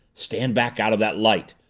stand back out of that light!